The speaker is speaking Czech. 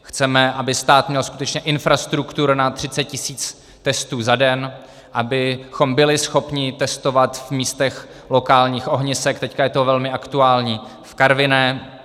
Chceme, aby stát měl skutečně infrastrukturu na 30 tis. testů za den, abychom byli schopni testovat v místech lokálních ohnisek, teď je to velmi aktuální v Karviné.